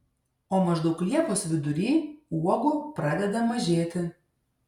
o maždaug liepos vidury uogų pradeda mažėti